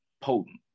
potent